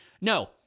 No